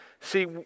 See